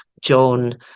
John